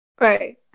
Right